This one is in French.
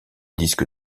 disque